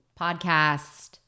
podcast